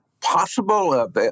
possible